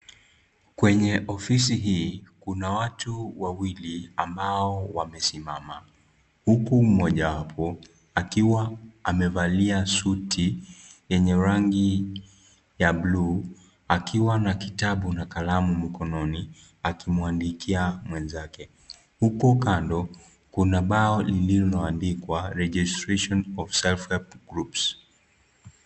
Kwenye ofisi hii kuna watu wawili ambao wamesimama huku mmojawapo akiwa amevalia suti yenye rangi ya bluu, akiwa na kitabu na kalamu mkononi, akimwandikia mwenzake. Huko kando, kuna bao lilioandikwa " Registration of self help groups ".